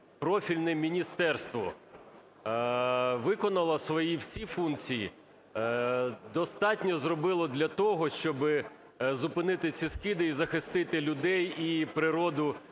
профільне міністерство виконало свої всі функції, достатньо зробило для того, щоб зупинити ці скиди і захистити людей, і природу